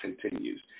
continues